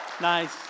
Nice